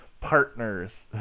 partners